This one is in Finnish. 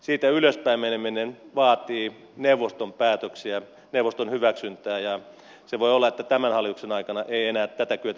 siitä ylöspäin meneminen vaatii neuvoston hyväksyntää ja voi olla että tämän hallituksen aikana ei enää tätä kyetä tekemään